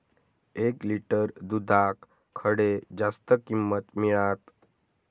एक लिटर दूधाक खडे जास्त किंमत मिळात?